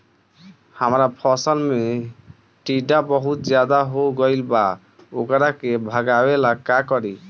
हमरा फसल में टिड्डा बहुत ज्यादा हो गइल बा वोकरा के भागावेला का करी?